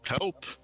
help